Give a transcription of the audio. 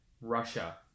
Russia